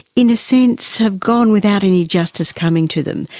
in a sense have gone without any justice coming to them.